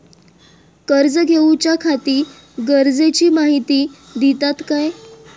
कर्ज घेऊच्याखाती गरजेची माहिती दितात काय?